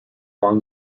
along